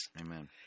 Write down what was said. Amen